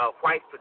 White